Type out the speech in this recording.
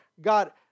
God